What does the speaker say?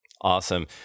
Awesome